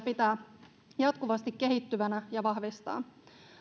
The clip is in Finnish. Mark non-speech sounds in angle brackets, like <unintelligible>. <unintelligible> pitää jatkuvasti kehittyvänä ja vahvistaa